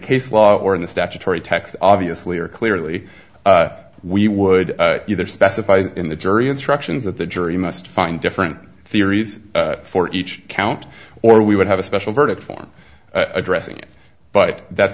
case law or in the statutory text obviously or clearly we would either specify in the jury instructions that the jury must find different theories for each count or we would have a special verdict form addressing it but that's